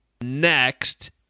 next